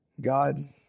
God